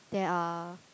there are